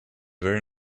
very